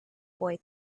boy